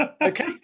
Okay